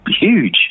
huge